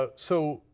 ah so,